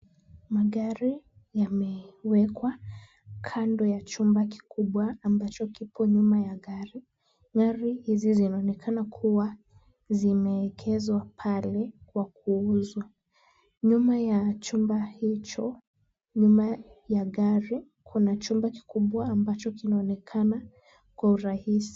Magari yamewekwa kando ya chumba kikubwa ambacho kipo nyumba ya gari. Gari hizi zinaonekana kuwa zimewekezwa pale kwa kuuzwa. Nyuma ya chumba chumba hicho, nyuma ya gari kuna chumba kikubwa ambacho kinaonekana kwa urahisi.